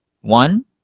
One